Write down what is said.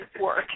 work